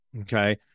Okay